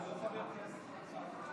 הוא לא חבר כנסת, הוא שר.